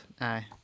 Aye